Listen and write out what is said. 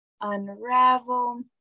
Unravel